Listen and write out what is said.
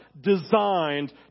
designed